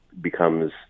becomes